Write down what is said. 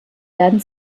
werden